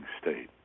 state